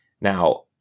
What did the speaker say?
Now